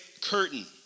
curtain